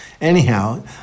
Anyhow